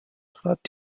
trat